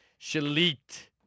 Shalit